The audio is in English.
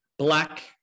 Black